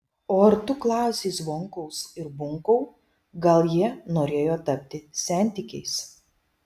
o ar tu klausei zvonkaus ir bunkau gal jie norėjo tapti sentikiais